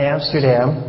Amsterdam